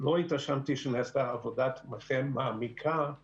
לא התרשמתי שנעשתה עבודת מטה מעמיקה או